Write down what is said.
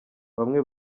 bamwe